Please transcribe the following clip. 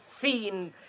seen